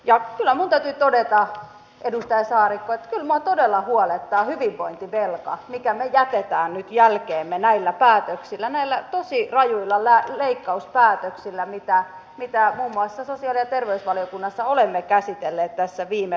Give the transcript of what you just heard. ja kyllä minun täytyy todeta edustaja saarikko että kyllä minua todella huolettaa hyvinvointivelka minkä me jätämme nyt jälkeemme näillä päätöksillä näillä tosi rajuilla leikkauspäätöksillä mitä muun muassa sosiaali ja terveysvaliokunnassa olemme käsitelleet tässä viime päivinä